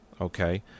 okay